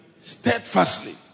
Steadfastly